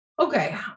Okay